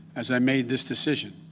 as i made this decision.